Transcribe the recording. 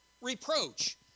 reproach